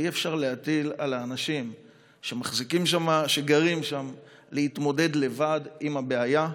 ואי-אפשר להטיל על האנשים שגרים שם להתמודד לבד עם הבעיה,